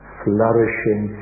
flourishing